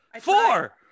Four